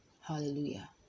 Hallelujah